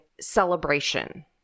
celebration